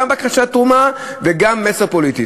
גם בקשת תרומה וגם מסר פוליטי.